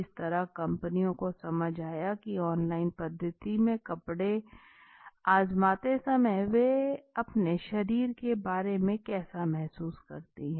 इस तरह कंपनी को यह समझ आया की ऑनलाइन पद्धति में कपड़े आज़माते समय वे अपने शरीर के बारे में कैसा महसूस करती हैं